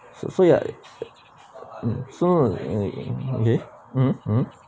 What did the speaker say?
so so ya uh so okay mmhmm mmhmm